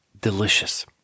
Delicious